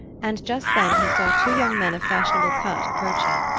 and just then he saw two young men of fashionable cut approaching.